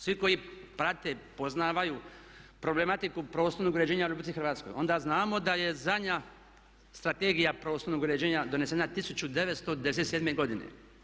Svi koji prate, poznaju problematiku prostornog uređenja u RH, onda znamo da je zadnja Strategija prostornog uređenja donesena 1997. godine.